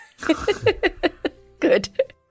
Good